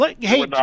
Hey